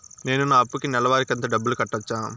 నేను నా అప్పుకి నెలవారి కంతు డబ్బులు కట్టొచ్చా?